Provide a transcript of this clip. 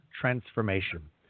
transformation